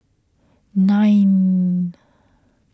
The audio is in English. nine